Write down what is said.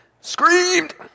screamed